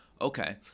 Okay